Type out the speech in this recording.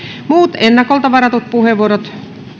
muut ennakolta varatut puheenvuorot